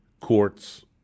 courts